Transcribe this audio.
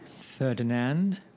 Ferdinand